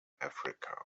africa